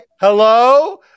hello